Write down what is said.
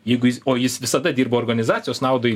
jeigu jis o jis visada dirbo organizacijos naudai